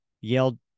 yelled